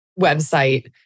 website